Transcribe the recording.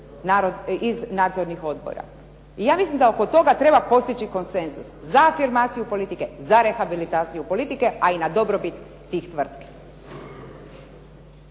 iz nadzornih odbora. I ja mislim da oko toga treba postići konsenzus za afirmaciju politike, za rehabilitaciju politike ali na dobrobit tih tvrtki.